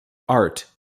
art